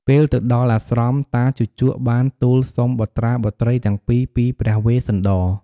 ពេលទៅដល់អាស្រមតាជូជកបានទូលសុំបុត្រាបុត្រីទាំងពីរ ពីព្រះវេស្សន្តរ។